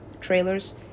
trailers